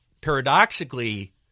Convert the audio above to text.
Paradoxically